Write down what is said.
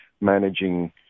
managing